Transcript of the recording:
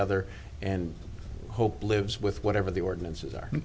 other and hope lives with whatever the ordinances